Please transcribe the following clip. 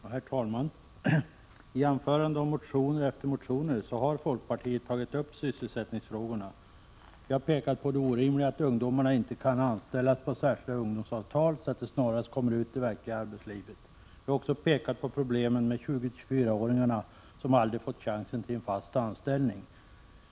Herr talman! I anföranden och motioner efter motioner har folkpartiet tagit upp sysselsättningsfrågorna. Vi har pekat på det orimliga i att ungdomarna inte kan anställas på särskilda ungdomsavtal, så att de snarast kommer ut i det verkliga arbetslivet. Vi har pekat på problemet med 20-24-åringarna som aldrig fått chansen till en fast anställning.